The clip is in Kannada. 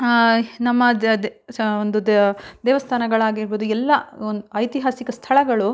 ನಮ್ಮದು ಅದೇ ಸಹ ಒಂದು ದೇವಸ್ಥಾನಗಳಾಗಿರ್ಬೋದು ಎಲ್ಲ ಒಂದು ಐತಿಹಾಸಿಕ ಸ್ಥಳಗಳು